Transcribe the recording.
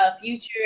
future